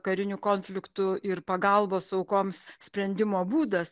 karinių konfliktų ir pagalbos aukoms sprendimo būdas